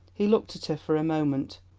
he looked at her for a moment,